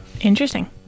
Interesting